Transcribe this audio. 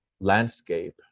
landscape